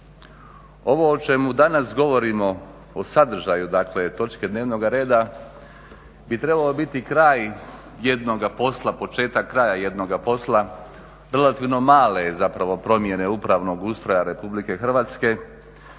Ovo o čemu danas govorimo, o sadržaju, dakle točke dnevnoga reda bi trebalo biti kraj jednoga posla, početak kraja jednoga posla, relativno male promjene upravnog ustroja RH na tragu